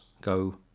go